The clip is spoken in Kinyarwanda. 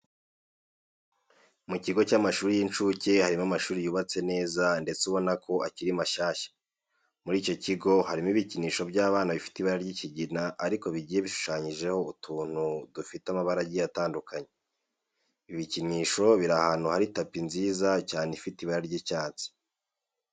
Mu kigo cy'amashuri y'inshuke harimo amashuri yubatse neza ndetse ubona ko akiri mashyashya. Muri icyo kigo harimo ibikinisho by'abana bifite ibara ry'ikigina ariko bigiye bishushanyijeho utuntu dufite amabara agiye atandukanye. Ibi bikinisho biri ahantu hari tapi nziza cyane ifite ibara ry'icyatsi.